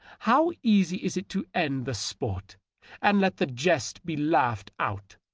how easy is it to end the sport and let the jest be laughed out!